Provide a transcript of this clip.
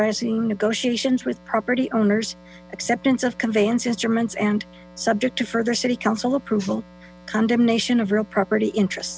zing negotiations with property owners acceptance of conveyance instruments and subject to further city council approval condemnation of real property interest